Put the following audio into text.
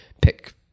pick